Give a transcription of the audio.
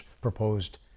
proposed